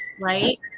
right